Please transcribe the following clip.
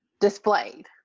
displayed